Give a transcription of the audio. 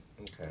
Okay